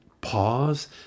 pause